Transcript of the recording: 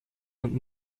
und